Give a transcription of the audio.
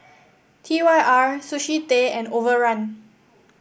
T Y R Sushi Tei and Overrun